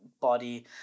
body